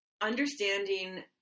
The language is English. understanding